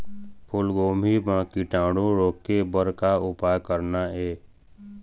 फूलगोभी म कीटाणु रोके बर का उपाय करना ये?